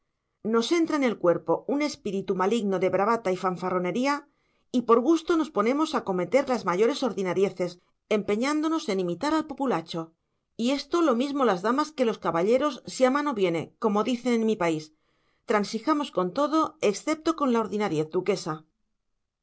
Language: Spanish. nos entra en el cuerpo un espíritu maligno de bravata y fanfarronería y por gusto nos ponemos a cometer las mayores ordinarieces empeñándonos en imitar al populacho y esto lo mismo las damas que los caballeros si a mano viene como dicen en mi país transijamos con todo excepto con la ordinariez duquesa